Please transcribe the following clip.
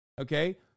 okay